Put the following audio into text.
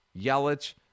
Yelich